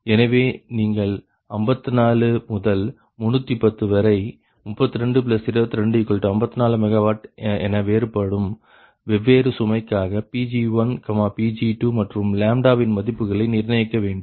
எனவே நீங்கள் 54 முதல் 310 MW வரை 322254 MW என வேறுபடும் வெவ்வேறு சுமைகாக Pg1 Pg2 மற்றும் வின் மதிப்புகளை நிர்ணயிக்க வேண்டும்